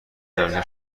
مملکت